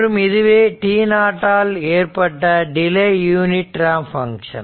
மற்றும் இதுவே t0 ஆல் ஏற்பட்ட டிலே யூனிட் ரேம்ப் பங்க்ஷன்